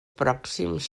pròxims